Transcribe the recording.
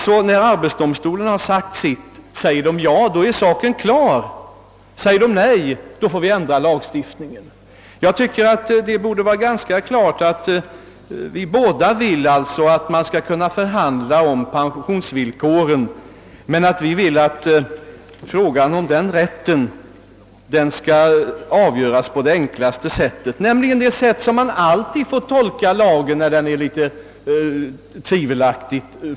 Säger arbetsdomstolen ja är saken klar, säger den nej får vi ändra lagstiftningen. Både utskottsmajoriteten och reservanterna vill att man skall kunna förhandla om pensionsvillkoren, men reservanterna vill att frågan om den rättigheten skall avgöras på det enklaste sättet. Vi anser alltså att den högsta myndighet som har att pröva lagstiftningens tillämpning bör pröva också denna fråga.